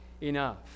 enough